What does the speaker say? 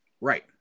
Right